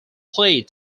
played